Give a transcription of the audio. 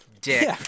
dick